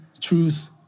truth